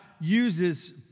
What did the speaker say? uses